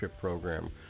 Program